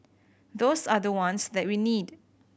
those are the ones that we need